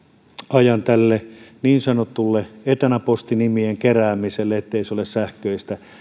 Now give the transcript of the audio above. ajan tälle niin sanotulle etanapostinimien keräämiselle eli ettei se ole sähköistä